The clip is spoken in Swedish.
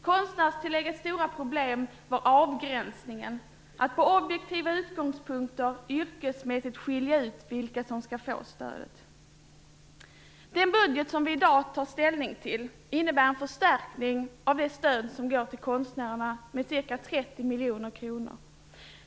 Konstnärstilläggets stora problem var avgränsningen, möjligheterna att från objektiva utgångspunkter yrkesmässigt skilja ut vilka som skall få stödet. Den budget som vi i dag tar ställning till innebär en förstärkning av det stöd som går till konstnärerna med ca 30 miljoner kronor.